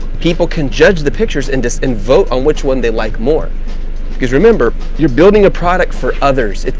people can judge the pictures, and so and vote on which one they like more because, remember, you're building a product for others.